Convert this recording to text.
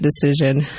decision